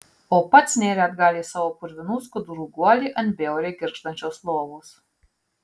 o pats nėrė atgal į savo purvinų skudurų guolį ant bjauriai girgždančios lovos